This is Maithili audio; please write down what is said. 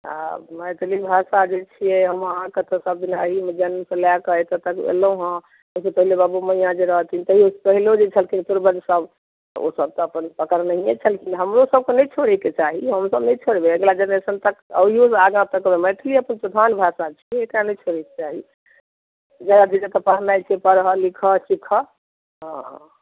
आ मैथिली भाषा जे छियै हम अहाँके तऽ सब दिन एहि मे तऽ जन्म सऽ लए कऽ एतऽ तक एलहुॅं हँ सबसे पहिले बाबू मैयाँ जे रहथिन पहिलो जे छलखिन पूर्वज सब ओ सब तऽ अपन पकड़नैये छलखिन हमरो सब के नहि छोड़य के चाही हमसब नहि छोड़बै अगला जनरेशन तक आगाँ तक मैथिली अपन प्रधान भाषा छी एकरा नहि छोड़य के चाही जकरा जतऽ पढनाइ छै पढऽ लिखऽ सीखऽ हँ हँ